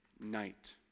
Night